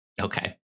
Okay